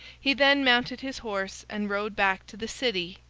he then mounted his horse and rode back to the city,